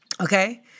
Okay